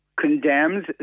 condemns